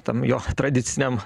tam jog tradiciniam